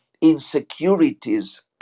insecurities